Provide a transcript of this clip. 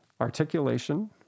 articulation